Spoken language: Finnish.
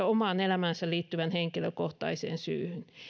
omaan elämäänsä liittyvän henkilökohtaisen syyn